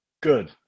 Good